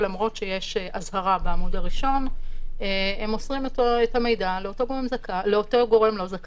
ולמרות שיש אזהרה בעמוד הראשון הם מוסרים את המידע לאותו גורם לא זכאי,